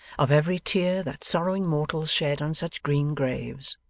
of every tear that sorrowing mortals shed on such green graves,